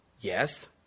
Yes